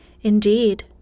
Indeed